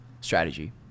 strategy